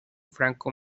franco